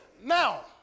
Now